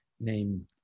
named